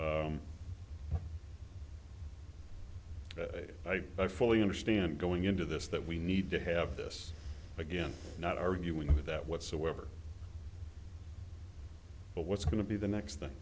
that i fully understand going into this that we need to have this again not arguing with that whatsoever but what's going to be the next thing